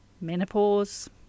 menopause